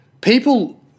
People